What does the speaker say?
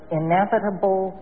inevitable